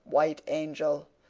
white angel,